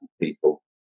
people